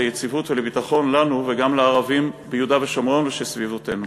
ליציבות ולביטחון לנו וגם לערבים ביהודה ושומרון ובסביבותינו.